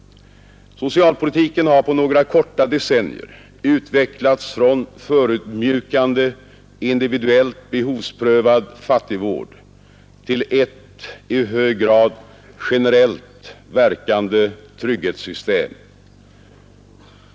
Socialpolitiken har på några få decennier utvecklats från förödmjukande, individuellt behovsprövad fattigvård till ett i hög grad generellt verkande trygghetssystem.